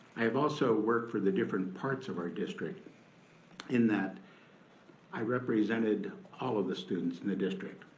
i've also worked for the different parts of our district in that i represented all of the students in the district.